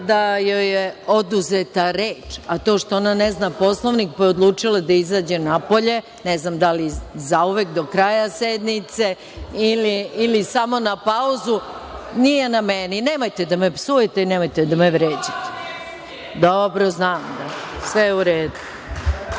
da joj je oduzeta reč, a to što ona ne zna Poslovnik pa je odlučila da izađe napolje, ne znam da li zauvek, do kraja sednice, ili samo na pauzu, nije na meni. Nemojte da me psujete i nemojte da me vređate.(Tatjana Macura: